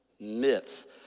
myths